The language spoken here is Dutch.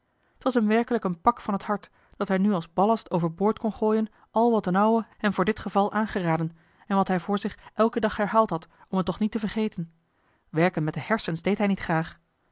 t was hem werkelijk een pak van het hart dat hij nu als ballast over boord kon gooien al wat d'n ouwe hem voor dit geval aangeraden en wat hij voor zich elken dag herhaald had om het toch niet te vergeten werken met de hersens deed hij niet graag